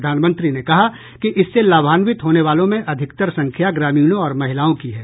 प्रधानमंत्री ने कहा कि इससे लाभान्वित होने वालों में अधिकतर संख्या ग्रामीणों और महिलाओं की है